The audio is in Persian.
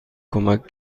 کمک